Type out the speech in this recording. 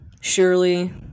surely